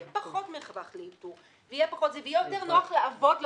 יהיה פחות מרווח לאלתור ויהיה יותר נוח לעבוד לפועל,